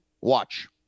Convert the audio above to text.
watch